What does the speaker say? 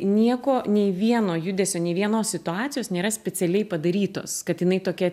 nieko nei vieno judesio nei vienos situacijos nėra specialiai padarytos kad jinai tokia